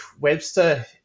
Webster